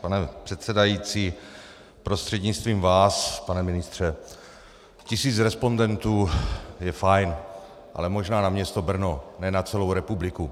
Pane předsedající, vaším prostřednictvím pane ministře, tisíc respondentů je fajn, ale možná na město Brno, ne na celou republiku.